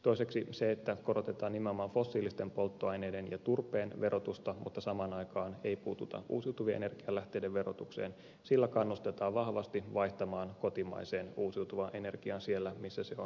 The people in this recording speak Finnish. toiseksi sillä että korotetaan nimenomaan fossiilisten polttoaineiden ja turpeen verotusta mutta samaan aikaan ei puututa uusiutuvien energialähteiden verotukseen kannustetaan vahvasti vaihtamaan kotimaiseen uusiutuvaan energiaan siellä missä se on mahdollista